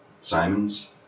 Simons